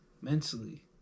mentally